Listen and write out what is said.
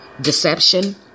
deception